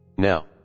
now